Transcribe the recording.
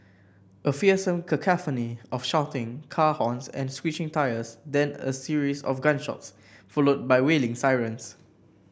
a fearsome cacophony of shouting car horns and screeching tyres then a series of gunshots followed by wailing sirens